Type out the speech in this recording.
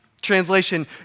Translation